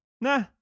nah